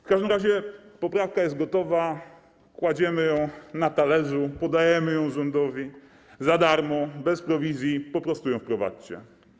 W każdym razie poprawka jest gotowa, kładziemy ją na talerzu, podajemy ją rządowi za darmo, bez prowizji, po prostu ją wprowadźcie.